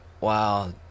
Wow